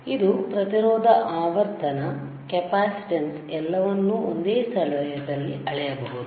ಆದ್ದರಿಂದ ಇದು ಪ್ರತಿರೋಧ ಆವರ್ತನ ಕೆಪಾಸಿಟನ್ಸ್ ಎಲ್ಲವನ್ನೂ ಒಂದೇ ಸ್ಥಳದಲ್ಲಿ ಅಳೆಯಬಹುದು